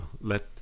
let